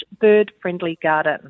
bird-friendly-garden